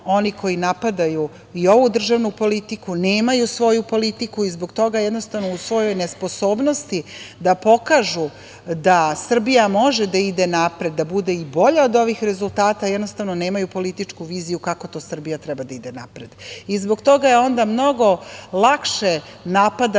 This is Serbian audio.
oni koji napadaju i ovu državnu politiku nemaju svoju politiku i zbog toga u svojoj nesposobnosti da pokažu da Srbija može da ide napred, da bude i bolja od ovih rezultata jednostavno nemaju političku viziju kako to Srbija treba da ide napred. Zbog toga je onda mnogo lakše napadati,